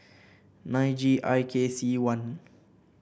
nine G I K C one